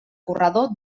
corredor